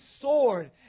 sword